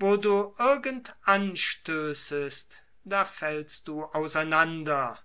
wo du irgend anstößest da fällst du auseinander